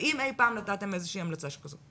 האם אי פעם נתתם איזושהי המלצה שכזו?